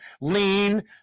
lean